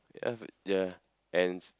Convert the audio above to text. ya and s~